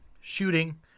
shooting